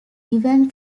even